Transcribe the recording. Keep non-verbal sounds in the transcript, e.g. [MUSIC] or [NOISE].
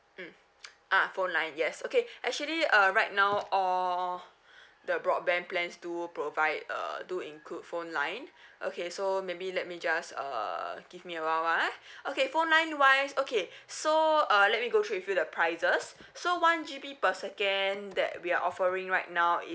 mm ah phone line yes okay actually uh right now all [BREATH] the broadband plans do provide err do include phone line [BREATH] okay so maybe let me just err give me awhile ah [BREATH] okay phone line wise okay [BREATH] so uh let me go through with you the prices [BREATH] so one G_B per second that we are offering right now